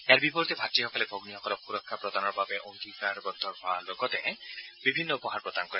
ইয়াৰ বিপৰীতে ভাত্যসকলে ভগ্নীসকলক সুৰক্ষা প্ৰদানৰ বাবে অংগীকাৰবদ্ধ হোৱাৰ লগতে বিভিন্ন উপহাৰ প্ৰদান কৰে